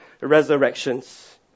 resurrections